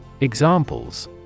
Examples